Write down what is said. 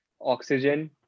Oxygen